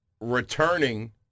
returning